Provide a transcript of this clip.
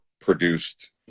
produced